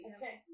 Okay